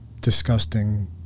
disgusting